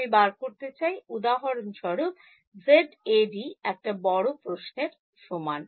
আমি বার করতে চাই উদাহরণস্বরূপ ZAd একটা বড় প্রশ্নের সমান